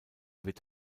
wird